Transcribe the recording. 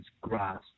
grass